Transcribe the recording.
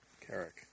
Carrick